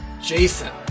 Jason